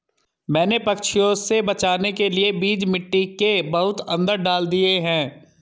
मैंने पंछियों से बचाने के लिए बीज मिट्टी के बहुत अंदर डाल दिए हैं